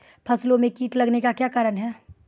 फसलो मे कीट लगने का क्या कारण है?